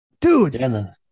dude